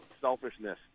selfishness